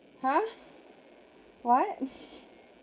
!huh! what